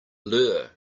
lure